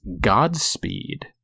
Godspeed